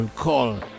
call